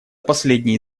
последние